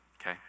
okay